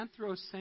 anthrocentric